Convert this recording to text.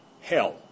hell